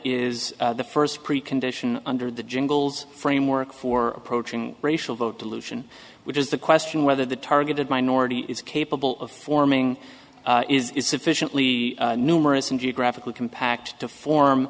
is the first precondition under the jingles framework for approaching racial vote dilution which is the question whether the targeted minority is capable of forming is sufficiently numerous and geographically compact to form